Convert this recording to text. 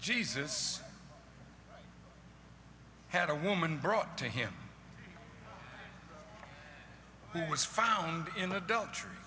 jesus had a woman brought to him who was found in adultery